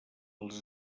els